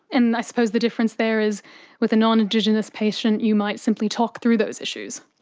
and i suppose the difference there is with a non-indigenous patient you might simply talk through those issues.